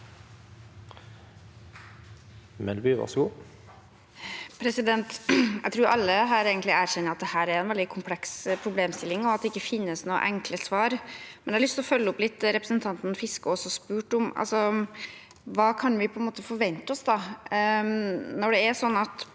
Jeg tror alle egentlig er- kjenner at dette er en veldig kompleks problemstilling, og at det ikke finnes noen enkle svar, men jeg har lyst til å følge opp det representanten Fiskaa spurte om. Hva kan vi forvente oss når det er sånn at